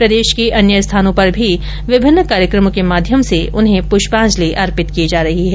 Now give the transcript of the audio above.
प्रदेश के अन्य स्थानों पर भी विभिन्न कार्यक्रमों के माध्यम से उन्हें पुष्पाजंलि अर्पित की जा रही है